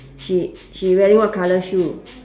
she she wearing what colour shoe